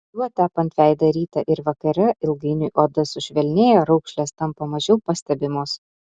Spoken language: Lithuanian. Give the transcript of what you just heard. juo tepant veidą rytą ir vakare ilgainiui oda sušvelnėja raukšlės tampa mažiau pastebimos